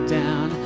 down